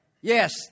yes